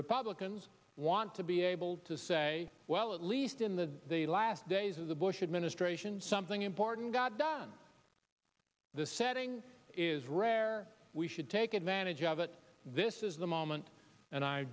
republicans want to be able to say well at least in the last days of the bush administration something important got done the setting is rare we should take advantage of it this is the moment and i